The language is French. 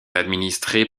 administré